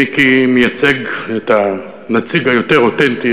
מיקי מייצג את הנציג היותר אותנטי,